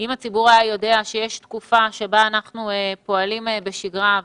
אם הציבור היה יודע שיש תקופה שבה אנחנו פועלים בשגרה,